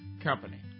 Company